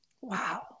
Wow